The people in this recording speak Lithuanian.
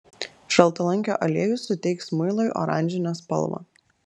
šaltalankio aliejus suteiks muilui oranžinę spalvą